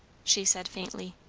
she said faintly.